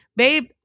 babe